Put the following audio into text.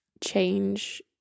change